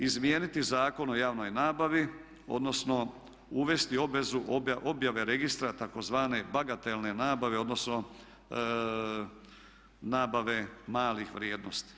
Izmijeniti Zakon o javnoj nabavi odnosno uvesti obvezu objave registra tzv. bagatelne nabave odnosno nabave malih vrijednosti.